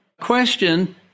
question